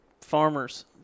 farmers